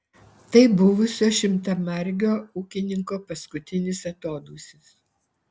tai buvusio šimtamargio ūkininko paskutinis atodūsis